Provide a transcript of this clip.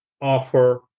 offer